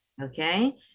Okay